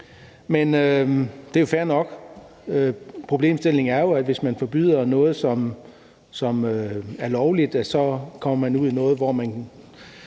men det er jo fair nok. Problemstillingen er jo, at hvis man forbyder noget, som er lovligt, kommer man ud i noget, hvor man